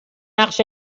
نقش